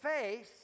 face